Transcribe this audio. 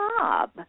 job